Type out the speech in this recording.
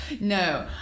No